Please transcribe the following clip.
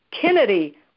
Kennedy